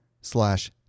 slash